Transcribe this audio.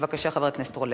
בבקשה, חבר הכנסת אורלב.